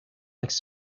likes